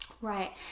Right